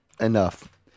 Enough